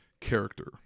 character